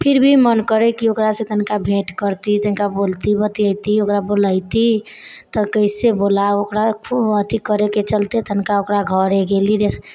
फिर भी मन करैकि ओकरासँ तनिका भेँट करती तनिका बोलती बतिएती ओकरा बोलैती तऽ कइसे बोलाउ ओकरा अथी करैके चलिते तऽ तनिका ओकरा घरे गेली जे